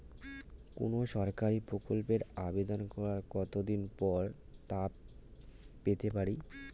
কোনো সরকারি প্রকল্পের আবেদন করার কত দিন পর তা পেতে পারি?